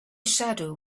shadow